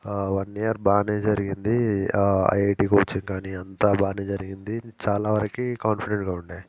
one year బాగానే జరిగింది IIT coaching కానీ అంతా బాగానే జరిగింది చాలా వరకి కాన్ఫిడెంట్గా ఉండేది